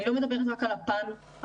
אני לא מדברת רק על הפן החברתי,